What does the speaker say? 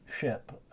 ship